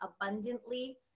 abundantly